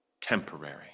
Temporary